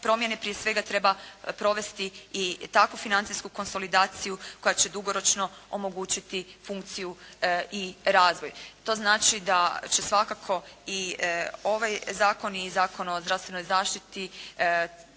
promjene prije svega treba provesti i takvu financijsku konsolidaciju koja će dugoročno omogućiti funkciju i razvoj. To znači da će svakako i ovaj zakon i Zakon o zdravstvenoj zaštiti